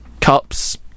Cups